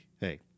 hey